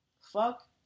Fuck